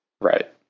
Right